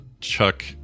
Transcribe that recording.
chuck